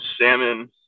salmon